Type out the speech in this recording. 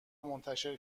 منتشر